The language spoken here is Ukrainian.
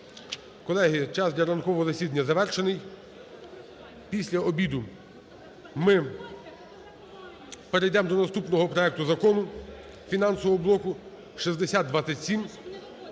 Колеги, час для ранкового засідання завершений. Після обіду ми перейдемо до наступного проекту закону фінансового блоку – 6027.